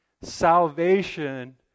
Salvation